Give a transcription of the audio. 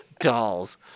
dolls